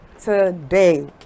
today